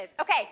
Okay